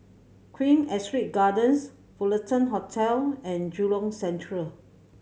Queen Astrid Gardens Fullerton Hotel and Jurong Central